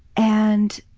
and